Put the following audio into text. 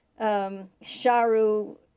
sharu